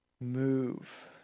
move